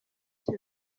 icyo